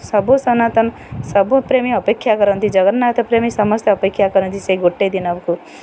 ସବୁ ସନାତନ ସବୁପ୍ରେମୀ ଅପେକ୍ଷା କରନ୍ତି ଜଗନ୍ନାଥ ପ୍ରେମୀ ସମସ୍ତେ ଅପେକ୍ଷା କରନ୍ତି ସେଇ ଗୋଟେ ଦିନକୁ